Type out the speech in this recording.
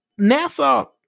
NASA